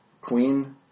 Queen